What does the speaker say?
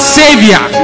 savior